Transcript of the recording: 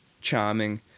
charming